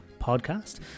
podcast